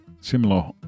similar